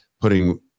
putting